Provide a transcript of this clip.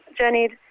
journeyed